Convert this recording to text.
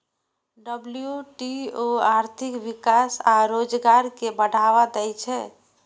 WTO आर्थिक विकास आ रोजगार कें बढ़ावा दै छै